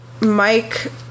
Mike